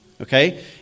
Okay